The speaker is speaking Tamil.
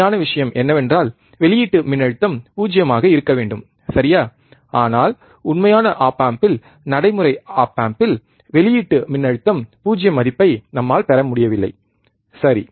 உண்மையான விஷயம் என்னவென்றால் வெளியீட்டு மின்னழுத்தம் பூஜ்ஜியமாக இருக்க வேண்டும் சரியா ஆனால் உண்மையான ஒப் ஆம்பில் நடைமுறை ஆம்பில் வெளியீட்டு மின்னழுத்தம் 0 மதிப்பை நம்மால் பெற முடியவில்லை சரி